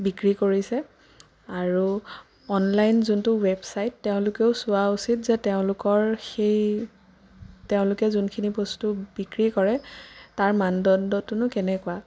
বিক্ৰী কৰিছে আৰু অনলাইন যোনটো ৱেবচাইট তেওঁলোকেও চোৱা উচিত যে তেওঁলোকৰ সেই তেওঁলোকে যোনখিনি বস্তু বিক্ৰী কৰে তাৰ মানদণ্ডটোনো কেনেকুৱা